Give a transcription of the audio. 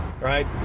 right